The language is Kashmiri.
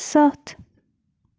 ستھ